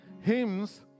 hymns